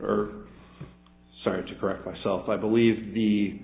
or sir to correct myself i believe the